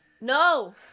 no